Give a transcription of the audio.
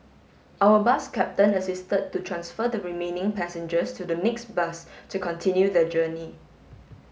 our bus captain assisted to transfer the remaining passengers to the next bus to continue their journey